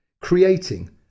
creating